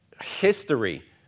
history